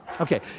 Okay